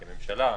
כממשלה,